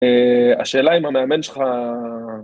השאלה אם המאמן שלך...